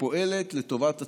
שפועלת לטובת הציבור.